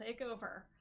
Takeover